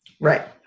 Right